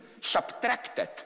subtracted